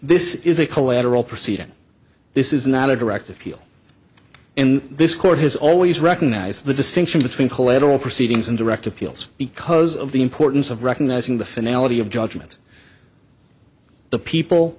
this is a collateral proceeding this is not a direct appeal and this court has always recognized the distinction between collateral proceedings and direct appeals because of the importance of recognizing the finale of judgment the people